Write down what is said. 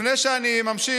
לפני שאני ממשיך,